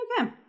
Okay